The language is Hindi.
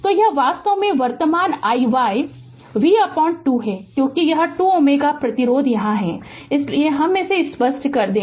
तो यह वास्तव में वर्तमान i y v 2 है क्योंकि यह 2 Ω प्रतिरोध यहाँ है इसलिए हमे इसे स्पष्ट करने दें